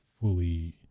fully